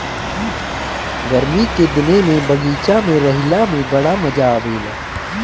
गरमी के दिने में बगीचा में रहला में बड़ा मजा आवेला